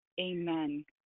Amen